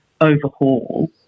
overhaul